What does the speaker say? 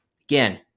again